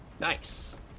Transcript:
Nice